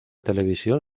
televisión